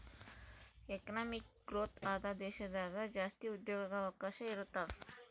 economic growth ಆದ ದೇಶದಾಗ ಜಾಸ್ತಿ ಉದ್ಯೋಗವಕಾಶ ಇರುತಾವೆ